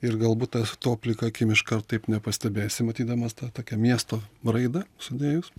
ir galbūt tas to plika akim iškart taip nepastebėsi matydamas tą tokią miesto raidą sudėjus